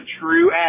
true